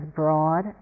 broad